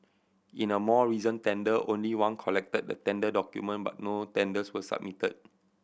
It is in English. in a more recent tender only one collected the tender document but no tenders were submitted